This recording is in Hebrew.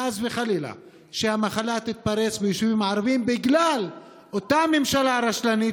חס וחלילה המחלה תתפרץ ביישובים הערביים בגלל אותה ממשלה רשלנית,